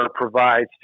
provides